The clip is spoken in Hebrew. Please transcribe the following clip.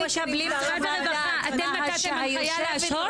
משרד הרווחה, אתם נתתם הנחיה להשהות?